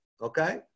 okay